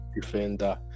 defender